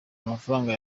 amafaranga